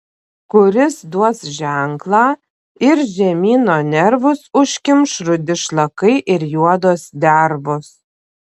kuris duos ženklą ir žemyno nervus užkimš rudi šlakai ir juodos dervos